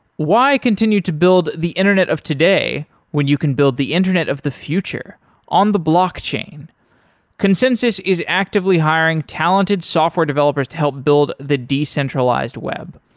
why continue to build the internet of today when you can build the internet of the future on the blockchain? consensys is actively hiring talented software developers to help build the decentralized web.